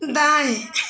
दाएँ